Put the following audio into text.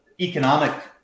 economic